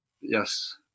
yes